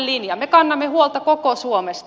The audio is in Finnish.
me kannamme huolta koko suomesta